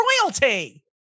royalty